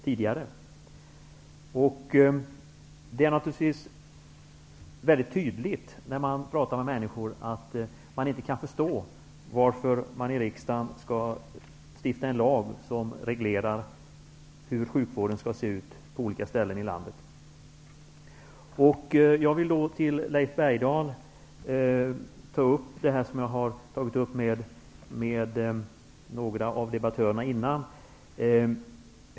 När man pratar med människor är det mycket tydligt att de inte kan förstå varför vi i riksdagen skall stifta en lag som reglerar hur sjukvården skall se ut på olika ställen i landet. Jag vill ta upp en sak med Leif Bergdahl. Det är något som jag har tagit upp med några av debattörerna tidigare.